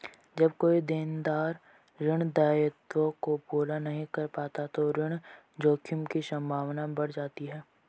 जब कोई देनदार ऋण दायित्वों को पूरा नहीं कर पाता तो ऋण जोखिम की संभावना बढ़ जाती है